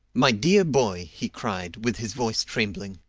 my dear boy, he cried, with his voice trembling,